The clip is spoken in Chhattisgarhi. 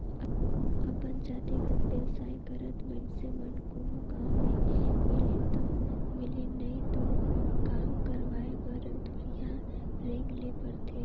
अपन जातिगत बेवसाय करत मइनसे मन कोनो गाँव में मिलिन ता मिलिन नई तो काम करवाय बर दुरिहां रेंगें ले परथे